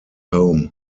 home